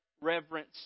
reverence